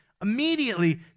Immediately